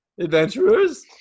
Adventurers